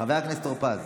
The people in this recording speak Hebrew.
חבר הכנסת טור פז.